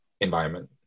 environment